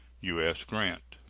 u s. grant.